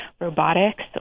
robotics